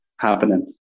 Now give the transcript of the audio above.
happening